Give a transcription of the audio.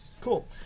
Cool